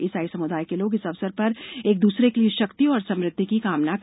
इसाई सम्दाय के लोग इस अवसर पर एक दूसरे के लिए शक्ति और समृद्धि की कामना करते हैं